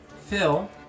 Phil